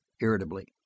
irritably